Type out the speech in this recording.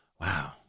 Wow